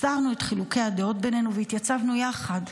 הסרנו את חילוקי הדעות בינינו והתייצבנו יחד".